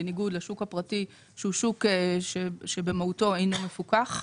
בניגוד לשוק הפרטי שהוא שוק שבמהותו אינו מפוקח.